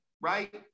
Right